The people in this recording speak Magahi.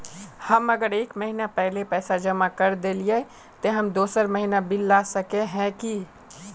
हम अगर एक महीना पहले पैसा जमा कर देलिये ते हम दोसर महीना बिल ला सके है की?